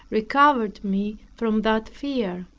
recovered me from that fear.